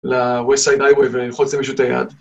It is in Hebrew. ל-West Side Highway וללחוץ למישהו את היד.